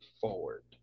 forward